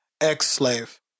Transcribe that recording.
ex-slave